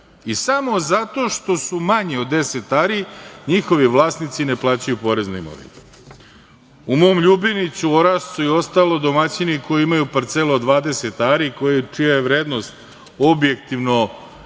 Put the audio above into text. Samo zato što su manji od 10 ari, njihovi vlasnici ne plaćaju porez na imovinu.U mom Ljubiniću, Orašcu i ostalo domaćini koji imaju parcele od 20 ari, čija je vrednost objektivno jednaka